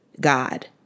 God